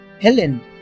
Helen